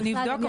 אנחנו נבדוק,